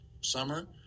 summer